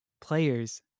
players